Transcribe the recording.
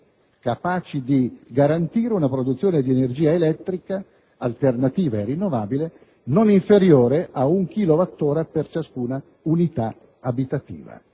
capaci di assicurare una produzione di energia elettrica alternativa e rinnovabile non inferiore ad un kilowattora per ciascuna unità abitativa.